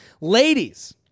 ladies